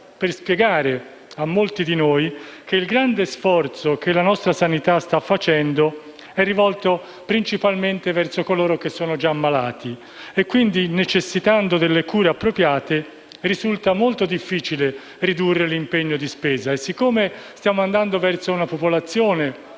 a spiegare a molti di noi che il grande sforzo che la nostra sanità sta facendo è rivolto principalmente a coloro che sono già malati e, quindi, necessitando delle cure appropriate, risulta molto difficile ridurre l'impegno di spesa. Poiché stiamo andando verso una popolazione